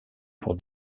pour